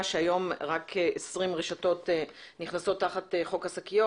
שהיום רק 20 רשתות נכנסות תחת חוק השקיות,